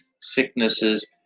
sicknesses